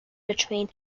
between